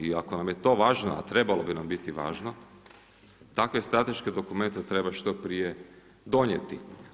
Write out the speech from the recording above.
I ako nam je to važno, a trebalo bi nam biti važno, takve strateške dokumente treba što prije donijeti.